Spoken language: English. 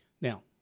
Now